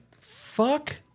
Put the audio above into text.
fuck